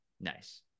nice